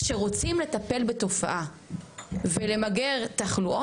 כשרוצים לטפל בתופעה ולמגר תחלואות,